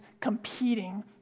competing